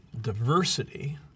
diversity